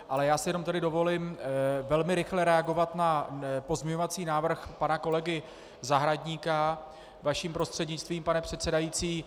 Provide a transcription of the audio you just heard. Ale já si jenom tedy dovolím velmi rychle reagovat na pozměňovací návrh pana kolegy Zahradníka vaším prostřednictvím, pane předsedající.